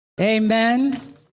Amen